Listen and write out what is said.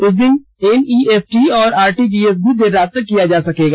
उस दिन एनईएफटी और आरटीजीएस भी देर रात तक किया जा सकेगा